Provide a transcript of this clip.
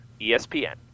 ESPN